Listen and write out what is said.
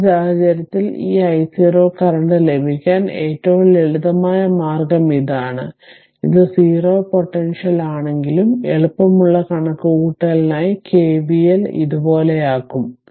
അതിനാൽ ഈ സാഹചര്യത്തിൽ ഈ i0 കറന്റ് ലഭിക്കാൻ ഏറ്റവും ലളിതമായ മാർഗം ഇതാണ് ഇത് 0 പൊട്ടൻഷ്യൽ ആണെങ്കിലും എളുപ്പമുള്ള കണക്കുകൂട്ടലിനായി KVL ഇതുപോലെയാക്കും